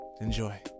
enjoy